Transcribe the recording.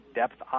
depth